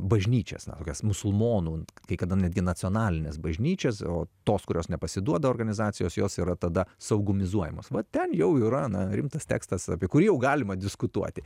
bažnyčias na tokias musulmonų kai kada netgi nacionalines bažnyčias o tos kurios nepasiduoda organizacijos jos yra tada saugumizuojamos va ten jau yra na rimtas tekstas apie kurį jau galima diskutuoti